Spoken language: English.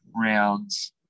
rounds